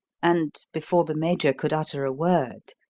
and, before the major could utter a word,